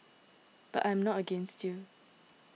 but I am not against you